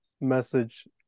message